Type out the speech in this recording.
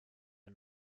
are